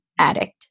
addict